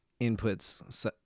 inputs